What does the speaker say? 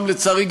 לצערי,